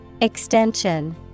Extension